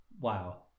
Wow